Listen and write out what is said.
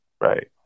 Right